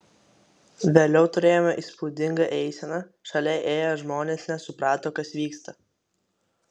vėliau turėjome įspūdingą eiseną šalia ėję žmonės nesuprato kas vyksta